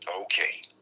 Okay